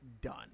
done